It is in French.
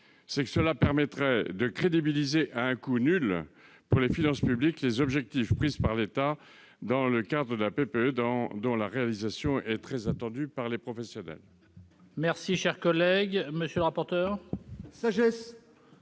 cela permettrait de crédibiliser, à un coût nul pour les finances publiques, les objectifs pris par l'État dans le cadre de la PPE, dont la réalisation est très attendue par les professionnels.